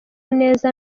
neza